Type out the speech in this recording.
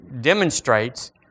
demonstrates